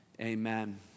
amen